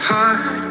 Heart